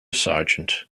sergeant